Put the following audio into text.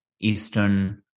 eastern